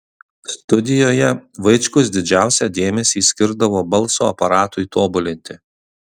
studijoje vaičkus didžiausią dėmesį skirdavo balso aparatui tobulinti